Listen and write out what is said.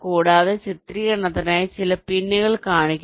കൂടാതെ ചിത്രീകരണത്തിനായി ചില പിന്നുകൾ കാണിക്കുന്നു